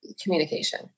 communication